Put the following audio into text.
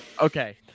Okay